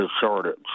shortage